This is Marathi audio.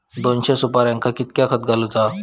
दोनशे सुपार्यांका कितक्या खत घालूचा?